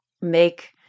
make